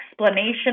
explanation